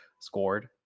scored